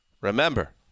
remember